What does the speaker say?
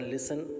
Listen